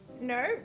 No